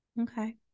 okay